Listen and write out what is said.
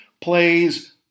plays